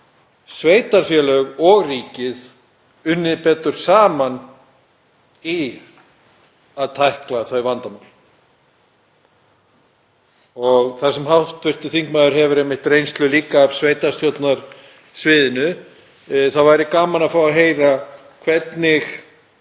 sveitarfélög og ríkið unnið betur saman í að tækla þau vandamál? Þar sem hv. þingmaður hefur einmitt reynslu líka af sveitarstjórnarsviðinu væri gaman að fá að heyra, ef